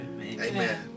Amen